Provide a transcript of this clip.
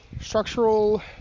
structural